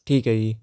ਠੀਕ ਹੈ ਜੀ